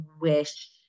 wish